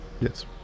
Yes